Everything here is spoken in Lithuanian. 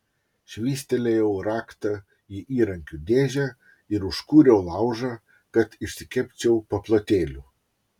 švystelėjau raktą į įrankių dėžę ir užkūriau laužą kad išsikepčiau paplotėlių